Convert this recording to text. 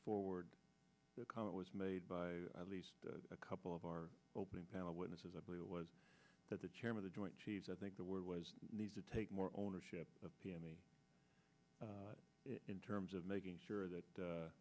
forward the comment was made by at least a couple of our opening panel witnesses a plea was that the chair of the joint chiefs i think the word was need to take more ownership of it in terms of making sure that